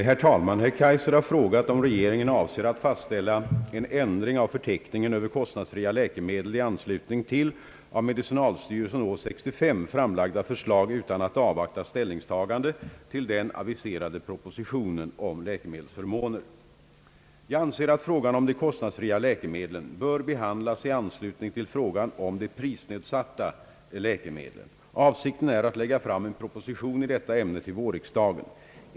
Herr talman! Herr Kaijser har frågat, om regeringen avser att fastställa en ändring av förteckningen över kostnadsfria läkemedel i anslutning till av medicinalstyrelsen år 1965 framlagda förslag utan att avvakta ställningstagandet till den aviserade propositionen om läkemedelsförmåner. Jag anser att frågan om de kostnadsfria läkemedlen bör behandlas i anslutning till frågan om de prisnedsatta läkemedlen. Avsikten är att lägga fram en proposition i detta ämne till vårriksdagen.